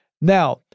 Now